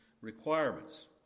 requirements